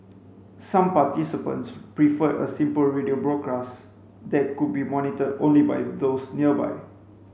some participants preferred a simple radio broadcast that could be monitored only by those nearby